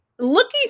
Looking